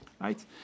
right